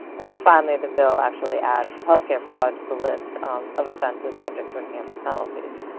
and then finally the bill actually adds healthcare fraud to the list of offenses subject to enhanced penalties.